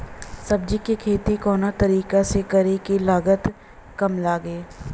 सब्जी के खेती कवना तरीका से करी की लागत काम लगे?